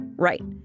Right